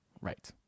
right